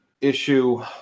issue